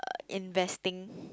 investing